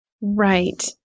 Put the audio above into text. Right